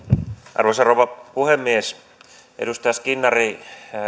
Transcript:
arvoisa rouva puhemies edustaja skinnari